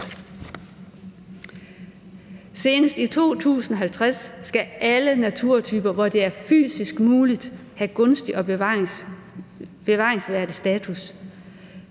Senest i 2050 skal alle naturtyper, hvor det er fysisk muligt, have gunstig bevaringsstatus